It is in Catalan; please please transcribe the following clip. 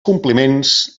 compliments